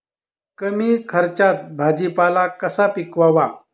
कमी खर्चात भाजीपाला कसा पिकवावा?